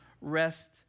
rest